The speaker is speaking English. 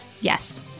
Yes